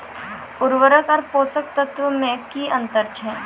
उर्वरक आर पोसक तत्व मे की अन्तर छै?